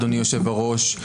אדוני יושב-הראש.